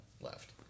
left